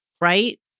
right